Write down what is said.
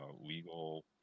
legal